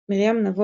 מרים נבו,